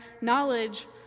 knowledge